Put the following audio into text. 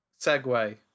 segway